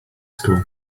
school